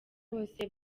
bose